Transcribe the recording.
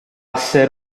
ser